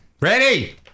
Ready